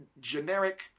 generic